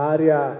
Arya